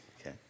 Okay